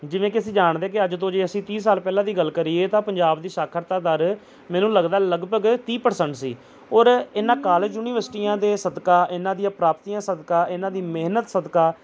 ਜਿਵੇਂ ਕਿ ਅਸੀਂ ਜਾਣਦੇ ਕਿ ਅੱਜ ਤੋਂ ਜੇ ਅਸੀਂ ਤੀਹ ਸਾਲ ਪਹਿਲਾਂ ਦੀ ਗੱਲ ਕਰੀਏ ਤਾਂ ਪੰਜਾਬ ਦੀ ਸਾਖਰਤਾ ਦਰ ਮੈਨੂੰ ਲੱਗਦਾ ਲਗਭਗ ਤੀਹ ਪਰਸੈਂਟ ਸੀ ਔਰ ਇਨ੍ਹਾਂ ਕਾਲਜ ਯੂਨੀਵਸਟੀਆਂ ਦੇ ਸਦਕਾ ਇਨ੍ਹਾਂ ਦੀਆਂ ਪ੍ਰਾਪਤੀਆਂ ਸਦਕਾ ਇਨ੍ਹਾਂ ਦੀ ਮਿਹਨਤ ਸਦਕਾ